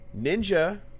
ninja